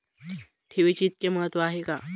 ठेवीचे इतके महत्व का आहे?